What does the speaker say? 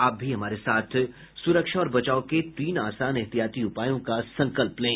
आप भी हमारे साथ सुरक्षा और बचाव के तीन आसान एहतियार्ती उपायों का संकल्प लें